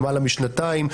למעלה משנתיים,